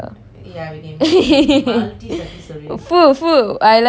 !fuh! !fuh! I like this plan honestly I going to try it there